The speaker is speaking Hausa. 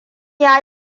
ya